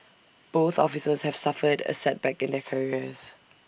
both officers have suffered A setback in their careers